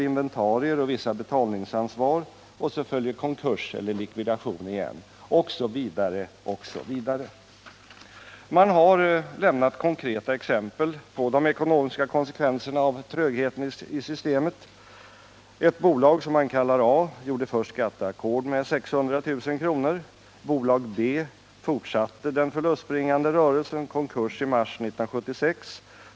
Man har lämnat konkreta exempel på de ekonomiska konsekvenserna av trögheten i systemet: Ett bolag som man kallar A fick först skatteackord med 600 000 kr. Bolag B fortsatte den förlustbringande rörelsen och gick i konkurs i mars 1976.